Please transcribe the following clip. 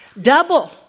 Double